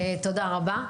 תודה רבה.